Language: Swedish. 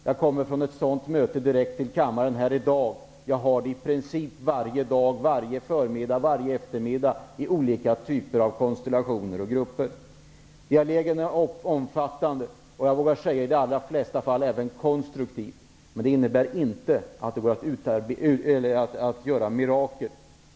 Jag kom från ett sådant möte direkt till kammaren i dag. Jag har sådana möten i princip varje för och eftermiddag med olika typer av grupper. Dialogen är omfattande och jag vågar säga även i de allra flesta fall konstruktiv, men det innebär inte att man kan göra mirakel.